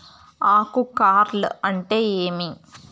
ఆకు కార్ల్ అంటే ఏమి?